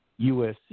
USC